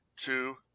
Two